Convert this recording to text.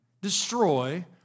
destroy